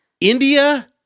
India